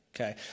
Okay